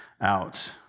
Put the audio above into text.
out